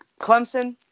Clemson